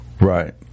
Right